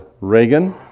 Reagan